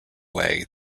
way